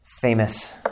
famous